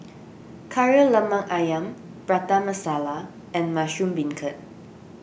Kari Lemak Ayam Prata Masala and Mushroom Beancurd